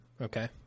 Okay